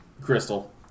Crystal